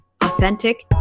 authentic